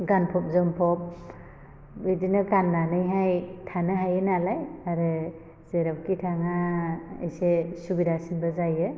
गानफब जोमफब बिदिनो गान्नानैहाय थानो हायो नालाय आरो जेरावखि थाङा एसे सुबिदासिनबो जायो